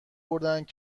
بردهاند